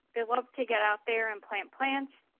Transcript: they love to get out there and plant plants.